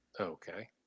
Okay